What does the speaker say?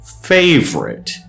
favorite